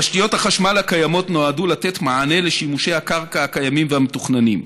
תשתיות החשמל הקיימות נועדו לתת מענה לשימושי הקרקע הקיימים והמתוכננים.